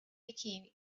became